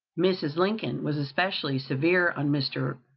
mrs. lincoln was especially severe on mr.